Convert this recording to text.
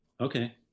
Okay